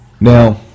Now